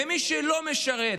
ומי שלא משרת,